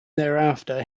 thereafter